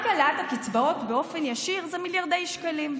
רק העלאת הקצבאות באופן ישיר היא מיליארדי שקלים.